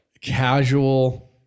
casual